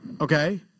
okay